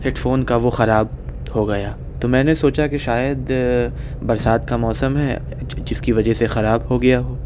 head phone کا وہ خراب ہو گیا تو میں نے سوچا کہ شاید برسات کا موسم ہے جس کی وجہ سے خراب ہو گیا ہو